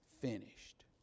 finished